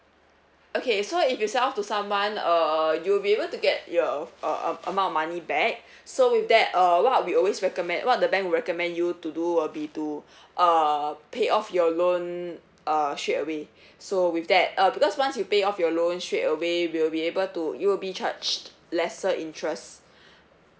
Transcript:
okay so if you sell off to someone err you'll be able to get your uh uh amount of money back so with that uh what we always recommend what the bank will recommend you to do will be to uh pay off your loan uh straight away so with that uh because once you pay off your loan straight away we'll be able to you'll be charged lesser interests